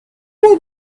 will